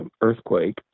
earthquake